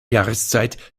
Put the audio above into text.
jahreszeit